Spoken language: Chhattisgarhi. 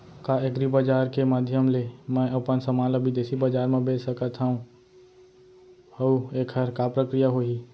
का एग्रीबजार के माधयम ले मैं अपन समान ला बिदेसी बजार मा बेच सकत हव अऊ एखर का प्रक्रिया होही?